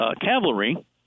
cavalry